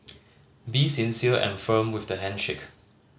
be sincere and firm with the handshake